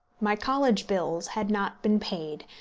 my college bills had not been paid,